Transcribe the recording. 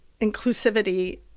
inclusivity